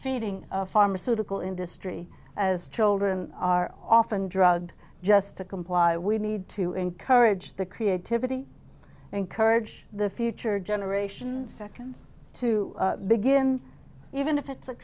feeding of pharmaceutical industry as children are often drugged just to comply we need to encourage the creativity encourage the future generations second to begin even if it's